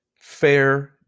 Fair